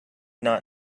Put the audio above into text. not